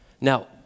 now